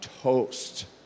toast